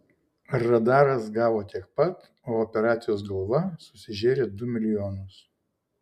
radaras gavo tiek pat o operacijos galva susižėrė du milijonus